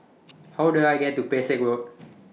How Do I get to Pesek Road